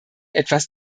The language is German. etwas